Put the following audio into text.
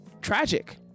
tragic